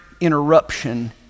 interruption